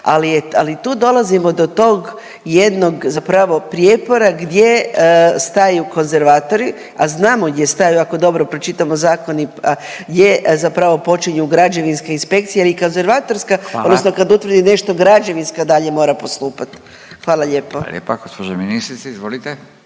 ali tu dolazimo do tog jednog zapravo prijepora gdje staju konzervatori, a znamo gdje staju ako dobro pročitamo zakon, a gdje zapravo počinju građevinska inspekcija ili konzervatorska… …/Upadica Furio Radin: Hvala./… … odnosno kad utvrdi nešto građevinska dalje mora postupati. Hvala lijepo. **Radin, Furio